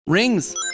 Rings